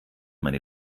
meine